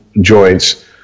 joints